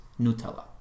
Nutella